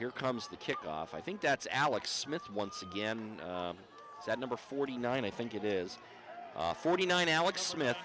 here comes the kickoff i think that's alex smith once again that number forty nine i think it is forty nine alex smith